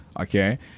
okay